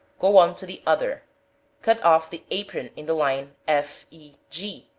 go on to the other cut off the apron in the line, f, e, g,